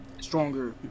stronger